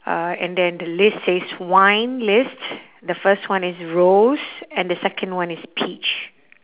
uh and then the list says wine list the first one is rose and the second one is peach